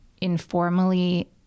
informally